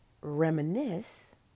reminisce